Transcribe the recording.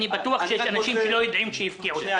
אני בטוח שיש אנשים שלא יודעים שהפקיעו להם.